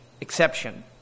exception